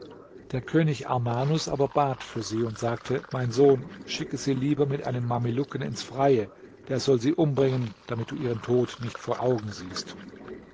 der könig armanus aber bat für sie und sagte mein sohn schicke sie lieber mit einem mamelucken ins freie der soll sie umbringen damit du ihren tod nicht vor augen siehst